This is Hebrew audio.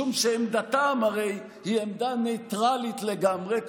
משום שעמדתם הרי היא עמדה ניטרלית לגמרי,